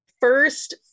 first